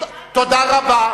תודה רבה.